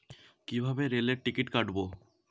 কিভাবে রেলের টিকিট কাটব?